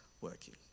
working